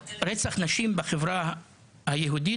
רצח נשים בחברה היהודית,